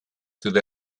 through